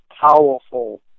powerful